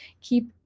keep